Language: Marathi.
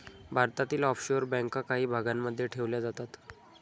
भारतातील ऑफशोअर बँका काही भागांमध्ये ठेवल्या जातात